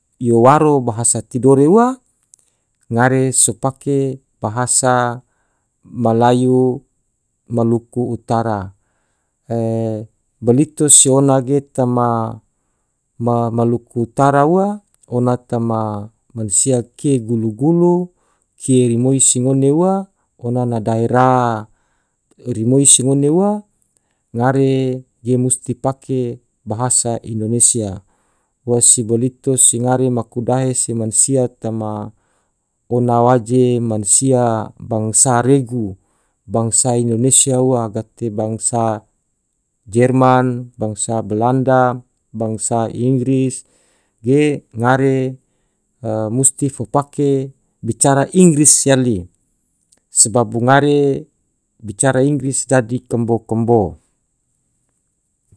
Yo waro bahasa tidore ua ngare so pake bahasa malayu maluku utara balito se ona ge tama maluku utara ua ona tama mansia kie gulu-gulu, kie rimoi se ngone ua ona na daerah rimoi se ngone ua, ngare ge musti pake bahasa indonesia, ua se bolito se ngare maku dahe se mansia tama ona waje mansia bangsa regu, bangsa indonesia ua gate bangsa jerman, bangsa belanda, bangsa inggris, ge ngare musti fo pake bicara inggris yali, subabu ngare bicara inggris dadi kambo-kambo.